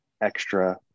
extra